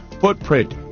footprint